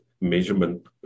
measurement